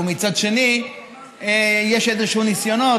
ומצד שני יש איזשהם ניסיונות,